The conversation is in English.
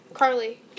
Carly